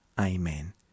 Amen